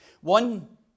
One